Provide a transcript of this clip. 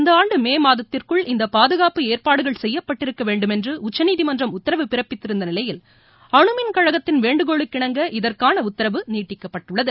இந்தஆண்டு பாதுகாப்பு முன்னதாக ஏற்பாடுகள் செய்யப்பட்டிருக்க வேண்டுமென்று உச்சநீதிமன்றம் உத்தரவு பிறப்பித்திருந்தநிலையில் அனுமின் கழகத்தின் வேண்டுகோளுக்கிணங்க இதற்கான உத்தரவு நீட்டிக்கபபட்டுள்ளது